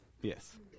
Yes